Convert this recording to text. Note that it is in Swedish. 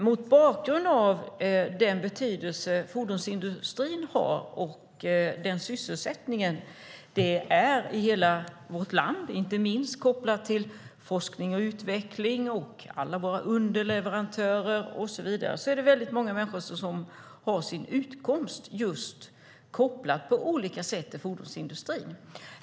Mot bakgrund av den betydelse fordonsindustrin har och vad den betyder för sysselsättningen i vårt land, inte minst kopplat till forskning och utveckling, underleverantörer och så vidare, är det väldigt många som har sin utkomst av fordonsindustrin på ett eller annat sätt.